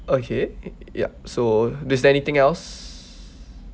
okay ya so is there anything else